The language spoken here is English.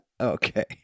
okay